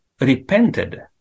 repented